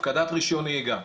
הפקדת רישיון נהיגה.